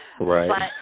right